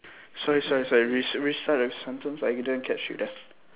sorry sorry sorry re~ restart the sentence I didn't catch you there